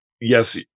yes